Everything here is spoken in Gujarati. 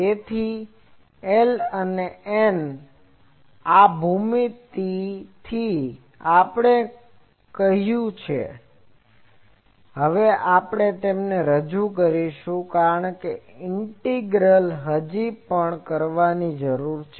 તેથી આ L અને N કે આ ભૂમિતિથી આપણે કહ્યું છે હવે આપણે તેમને રજૂ કરીશું કારણ કે તે ઈન્ટીગ્રલ હજી પણ કરવાની જરૂર છે